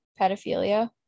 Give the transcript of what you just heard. pedophilia